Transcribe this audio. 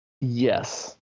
Yes